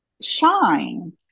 shine